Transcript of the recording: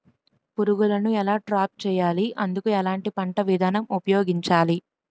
పురుగులను ఎలా ట్రాప్ చేయాలి? అందుకు ఎలాంటి పంట విధానం ఉపయోగించాలీ?